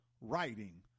writing